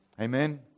Amen